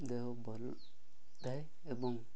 ଦେହ ଭଲ ଥାଏ ଏବଂ